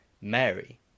Mary